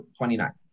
29